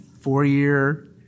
four-year